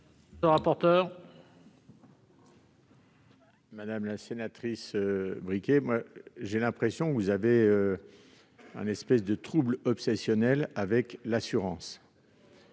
Madame la sénatrice, j'ai l'impression que vous avez une espèce de trouble obsessionnel avec l'assurance.